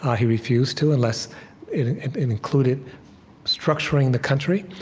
ah he refused to, unless it included structuring the country.